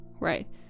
right